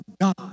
God